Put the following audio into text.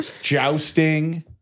Jousting